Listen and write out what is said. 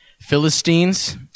Philistines